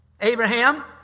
Abraham